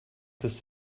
this